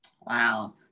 Wow